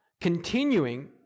continuing